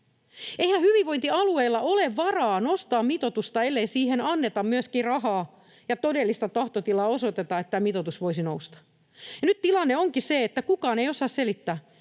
Eihän hyvinvointialueilla ole varaa nostaa mitoitusta, ellei siihen anneta myöskin rahaa ja osoiteta todellista tahtotilaa, että tämä mitoitus voisi nousta. Nyt tilanne onkin se, että kukaan ei osaa selittää,